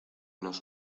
nos